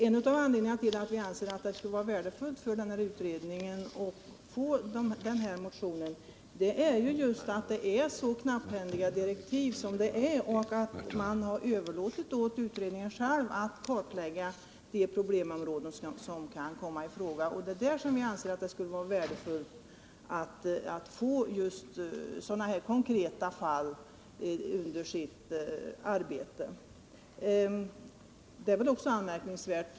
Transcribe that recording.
En av anledningarna till att vi anser att det skulle vara värdefullt för utredningen att få denna motion är just att direktiven är så knapphändiga och att man har överlåtit åt utredningen själv att kartlägga vilka problemområden som kan komma i fråga. Vi anser att det skulle vara värdefullt för utredningen att få just sådana här konkreta fall som belyser problemen.